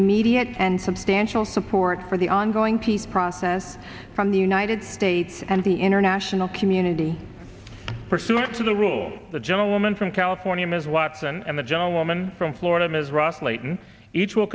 immediate and substantial support for the ongoing peace process from the united states and the international community pursuant to the rule the gentlewoman from california ms watson and the gentlewoman from florida ms ross layton each will